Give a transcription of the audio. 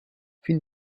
fin